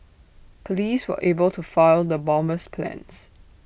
Police were able to foil the bomber's plans